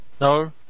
No